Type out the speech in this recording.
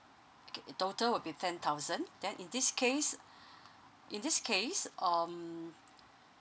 okay in total will be ten thousand then in this case in this case um